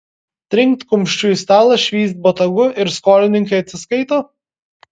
trinkt kumščiu į stalą švyst botagu ir skolininkai atsiskaito